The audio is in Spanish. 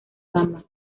gamma